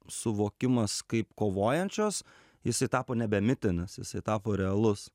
suvokimas kaip kovojančios jisai tapo nebe mitinis jisai tapo realus